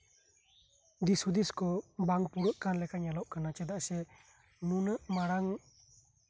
ᱫᱤᱥ ᱦᱩᱫᱤᱥ ᱠᱚ ᱵᱟᱝ ᱯᱩᱨᱟᱹᱜ ᱠᱟᱱ ᱞᱮᱠᱟ ᱧᱮᱞᱚᱜ ᱠᱟᱱᱟ ᱪᱮᱫᱟᱜ ᱥᱮ ᱱᱩᱱᱟᱹᱜ ᱢᱟᱨᱟᱝ